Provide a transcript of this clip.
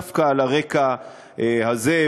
דווקא על הרקע הזה,